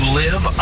live